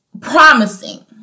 promising